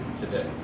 today